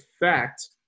effect